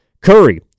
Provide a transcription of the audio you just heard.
Curry